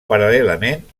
paral·lelament